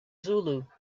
zulu